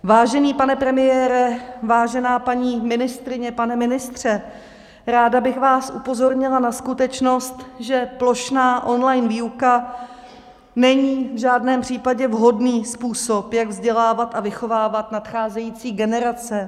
Vážený pane premiére, vážená paní ministryně, pane ministře, ráda bych vás upozornila na skutečnost, že plošná online výuka není v žádném případě vhodný způsob, jak vzdělávat a vychovávat nadcházející generace.